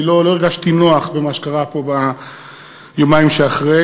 אני לא הרגשתי נוח במה שקרה פה ביומיים שאחרי.